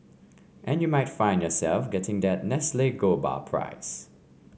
and you might find yourself getting that Nestle gold bar prize